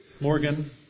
Morgan